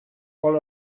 all